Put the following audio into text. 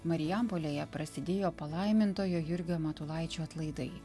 marijampolėje prasidėjo palaimintojo jurgio matulaičio atlaidai